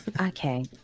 Okay